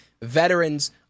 veterans